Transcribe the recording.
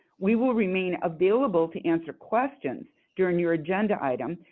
we will remain available to answer questions during your agenda items,